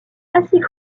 assez